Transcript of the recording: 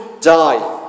die